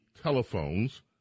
telephones